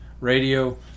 radio